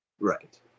Right